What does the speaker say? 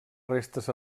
restes